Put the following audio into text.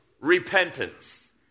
repentance